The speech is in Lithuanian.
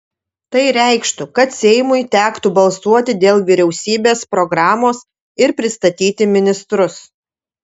tai reikštų kad seimui tektų balsuoti dėl vyriausybės programos ir pristatyti ministrus